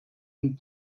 and